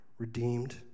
redeemed